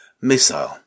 Missile